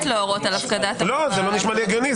להורות על הפקדה --- זה לא נשמע לי הגיוני,